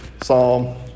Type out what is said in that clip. Psalm